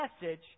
message